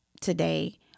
today